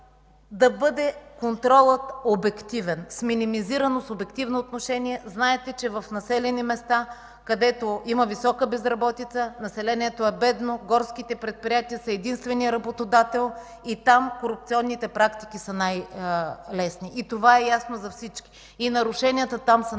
да бъде контролът обективен с минимизирано субективно отношение? Знаете, че в населени места, където има висока безработица, населението е бедно, горските предприятия са единственият работодател и там корупционните практики са най-лесни. Това е ясно за всички. Нарушенията там са най-много.